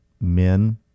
men